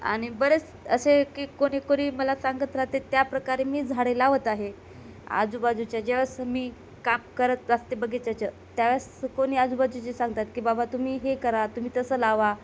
आणि बरेच असे की कोणी कोणी मला सांगत राहते त्याप्रकारे मी झाडे लावत आहे आजूबाजूच्य ज्यावेळीस मी काम करत असते बगीच्याचे त्यावेळेस कोणी आजूबाजूचे सांगतात की बाबा तुम्ही हे करा तुम्ही तसे लावा